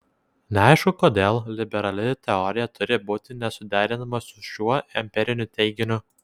neaišku kodėl liberali teorija turi būti nesuderinama su šiuo empiriniu teiginiu